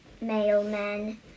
mailman